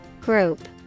Group